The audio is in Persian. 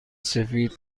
سفید